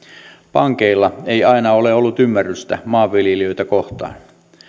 pankeilla ei aina ole ollut ymmärrystä maanviljelijöitä kohtaan